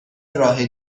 راه